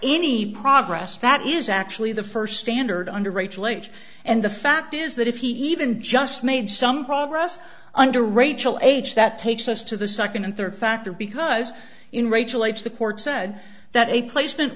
any progress that is actually the first standard under rachel age and the fact is that if he even just made some progress under rachel age that takes us to the second and third factor because in rachel it's the court said that a placement